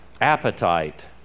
Appetite